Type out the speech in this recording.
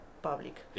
Public